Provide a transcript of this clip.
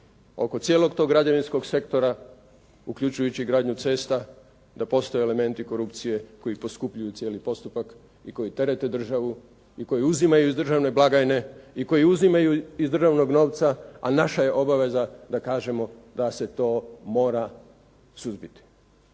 oko cijelog tog građevinskog sektora uključujući gradnju cesta, da postoje elementi korupcije koji poskupljuju cijeli postupak i koji terete državu i koji uzimaju iz državne blagajne i koji uzimaju iz državnog novca, a naša je obaveza da kažemo da se to mora suzbiti.